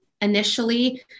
Initially